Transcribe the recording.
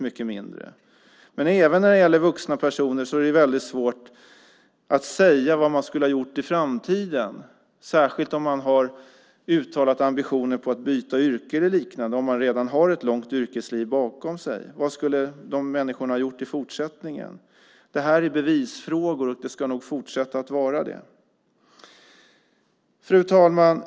Men även när det gäller vuxna personer är det svårt att säga vad man skulle ha gjort i framtiden, särskilt om man har uttalat ambitioner att byta yrke eller liknande om man redan har ett långt yrkesliv bakom sig. Vad skulle de människorna ha gjort i fortsättningen? Det här är bevisfrågor, och det ska nog fortsätta att vara det. Fru talman!